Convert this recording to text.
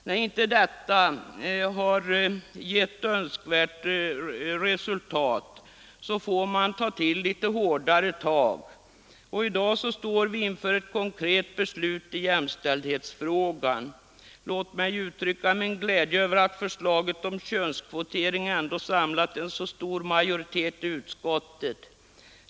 När inte detta har gett önskat resultat får man ta till litet hårdare tag, och i dag står vi inför ett konkret beslut i jämställdhetsfrågan. Låt mig uttrycka min glädje över att förslaget om könskvotering ändå samlat en så stor majoritet i utskottet.